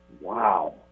Wow